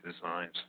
designs